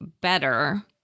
better